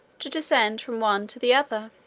to descend from one to the other.